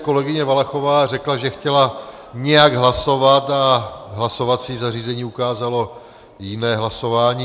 Kolegyně Valachová řekla, že chtěla nějak hlasovat a hlasovací zařízení ukázalo jiné hlasování.